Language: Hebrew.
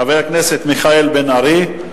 חבר הכנסת מיכאל בן-ארי.